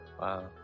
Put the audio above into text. Wow